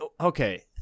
okay